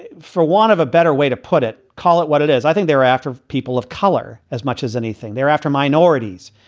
for want of a better way to put it. call it what it is. i think they're after people of color as much as anything. they're after minorities.